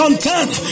Content